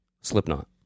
Slipknot